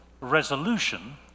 resolution